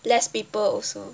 less people also